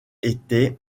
étaient